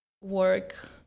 work